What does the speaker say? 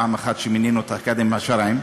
פעם אחת כשמינינו את הקאדים והשרעים.